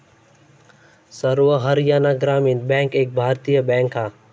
सर्व हरयाणा ग्रामीण बॅन्क एक भारतीय बॅन्क हा